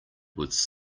was